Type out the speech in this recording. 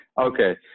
Okay